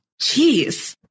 Jeez